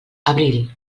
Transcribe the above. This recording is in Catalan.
abril